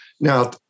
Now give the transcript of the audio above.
Now